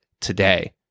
today